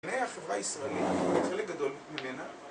בני החברה הישראלית, חלק גדול ממנה